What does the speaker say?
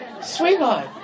sweetheart